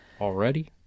Already